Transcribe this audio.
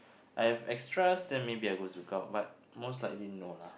I have extras then maybe I go ZoukOut but most likely no lah